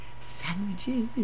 sandwiches